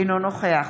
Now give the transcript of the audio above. אינו נוכח